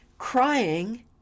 Crying